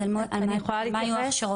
אז על מה היו ההכשרות?